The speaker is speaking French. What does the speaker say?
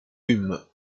lûmes